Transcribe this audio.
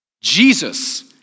Jesus